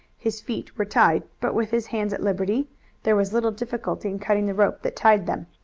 his feet were tied, but with his hands at liberty there was little difficulty in cutting the rope that tied them.